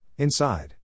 Inside